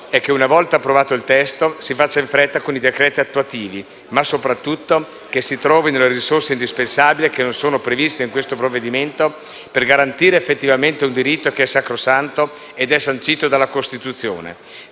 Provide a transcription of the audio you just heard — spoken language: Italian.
auspicio è che, una volta approvato il testo, si faccia in fretta con i decreti attuativi, ma soprattutto che si trovino le risorse indispensabili, non previste nel provvedimento in esame, per garantire effettivamente un diritto che è sacrosanto e sancito dalla Costituzione.